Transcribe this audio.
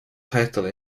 title